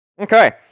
Okay